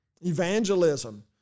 Evangelism